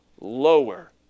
lower